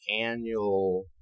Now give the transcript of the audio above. annual